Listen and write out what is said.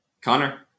Connor